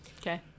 Okay